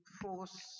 force